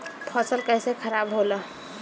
फसल कैसे खाराब होला?